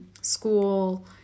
school